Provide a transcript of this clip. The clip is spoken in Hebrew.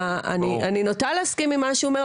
אני נוטה להסכים עם מה שהוא אומר,